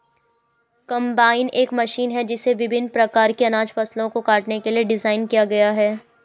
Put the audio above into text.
combine एक machine है जिसे विभिन्न प्रकार की अनाज फसलों को काटने के लिए डिज़ाइन किया गया है